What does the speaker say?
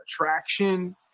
attraction